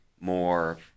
more